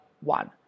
one